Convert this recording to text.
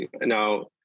Now